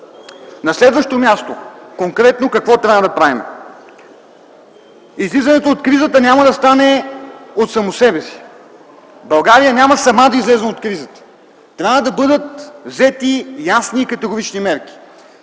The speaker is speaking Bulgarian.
На следващо място – конкретно какво трябва да правим. Излизането от кризата няма да стане от само себе си. България няма сама да излезе от кризата. Трябва да бъдат взети ясни и категорични мерки.